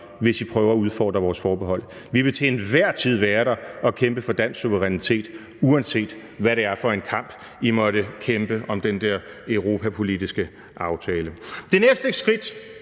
hvis I prøver at udfordre Danmarks forbehold. Vi vil til enhver tid være der og kæmpe for dansk suverænitet, uanset hvad det er for en kamp, I måtte kæmpe om den der europapolitiske aftale. Det næste skridt,